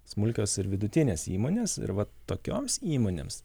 smulkios ir vidutinės įmonės ir vat tokioms įmonėms